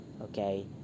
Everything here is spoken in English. Okay